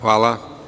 Hvala.